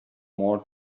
more